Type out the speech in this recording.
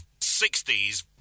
60s